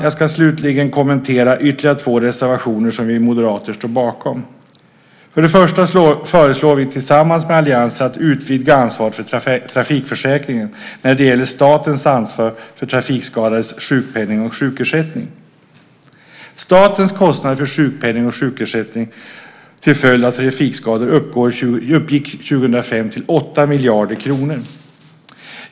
Jag ska slutligen kommentera ytterligare två reservationer som vi moderater står bakom. För det första föreslår vi tillsammans med alliansen att man ska utvidga ansvaret för trafikförsäkringen när det gäller statens ansvar för trafikskadades sjukpenning och sjukersättning. Statens kostnader för sjukpenning och sjukersättning till följd av trafikskador uppgick 2005 till 8 miljarder kronor.